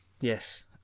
Yes